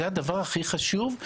זה הדבר הכי חשוב?